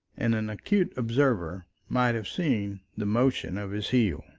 and an acute observer might have seen the motion of his heel.